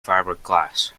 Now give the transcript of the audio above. fiberglass